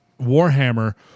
Warhammer